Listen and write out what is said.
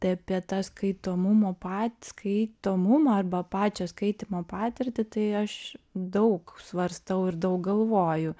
tai apie tą skaitomumo pat skaitomumą arba pačio skaitymo patirtį tai aš daug svarstau ir daug galvoju